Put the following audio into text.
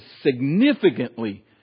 significantly